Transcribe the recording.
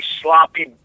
sloppy